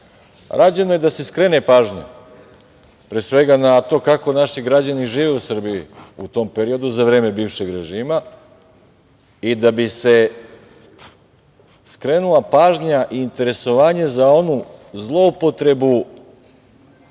Rađeno je da se skrene pažnja pre svega na to kako naši građani žive u Srbiji u tom periodu za vreme bivšeg režima i da bi se skrenula pažnja i interesovanje za onu zloupotrebu